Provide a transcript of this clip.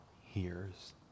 hears